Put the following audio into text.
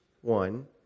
one